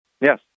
Yes